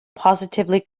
positively